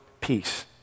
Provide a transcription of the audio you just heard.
peace